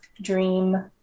dream